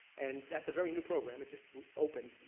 and that's a very new program. it just open,